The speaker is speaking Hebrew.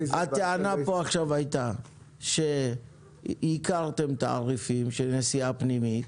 הייתה כאן טענה שייקרתם תעריפים של נסיעה פנימית.